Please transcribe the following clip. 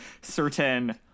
certain